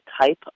type